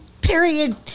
period